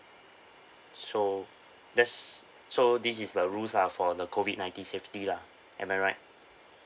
so there's so this is the rules lah for the COVID nineteen safety lah am I right